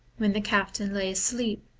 when the captain lay asleep,